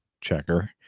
checker